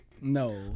No